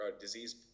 disease